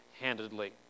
handedly